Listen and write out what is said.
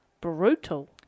Brutal